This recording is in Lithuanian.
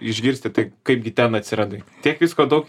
išgirsti tai kaipgi ten atsiradai tiek visko daug